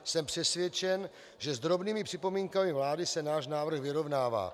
Jsem přesvědčen, že s drobnými připomínkami vlády se náš návrh vyrovnává.